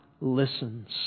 listens